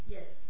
Yes